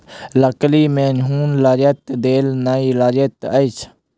लकड़ी में घुन लगैत देर नै लगैत अछि